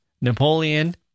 Napoleon